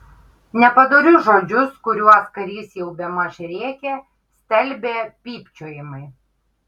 nepadorius žodžius kuriuos karys jau bemaž rėkė stelbė pypčiojimai